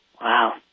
Wow